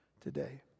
today